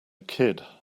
kid